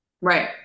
right